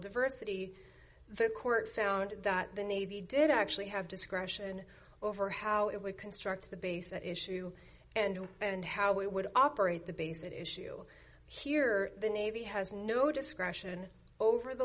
diversity the court found that the navy did actually have discretion and over how it would construct the base that issue and who and how we would operate the basic issue here the navy has no discretion over the